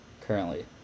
currently